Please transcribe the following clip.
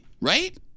Right